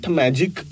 magic